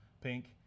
pink